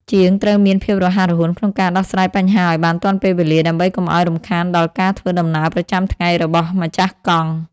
ជាងត្រូវមានភាពរហ័សរហួនក្នុងការដោះស្រាយបញ្ហាឱ្យបានទាន់ពេលវេលា ដើម្បីកុំឱ្យរំខានដល់ការធ្វើដំណើរប្រចាំថ្ងៃរបស់ម្ចាស់កង់។